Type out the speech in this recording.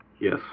Yes